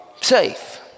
safe